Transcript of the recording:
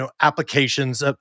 applications